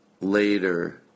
later